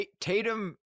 Tatum